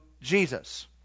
Jesus